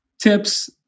tips